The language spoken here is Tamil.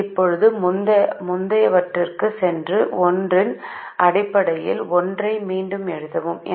இப்போது முந்தையவற்றுக்குச் சென்று X 1 இன் அடிப்படையில் X 1 ஐ மீண்டும் எழுதவும்